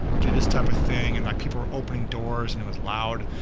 do this type of thing and like people were opening doors and it was loud.